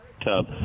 tub